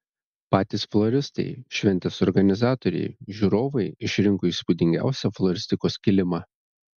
patys floristai šventės organizatoriai žiūrovai išrinko įspūdingiausią floristikos kilimą